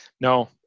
No